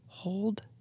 Hold